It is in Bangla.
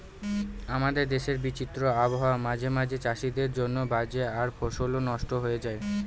আমাদের দেশের বিচিত্র আবহাওয়া মাঝে মাঝে চাষীদের জন্য বাজে আর ফসলও নস্ট হয়ে যায়